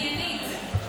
אני עניינית.